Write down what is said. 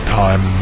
time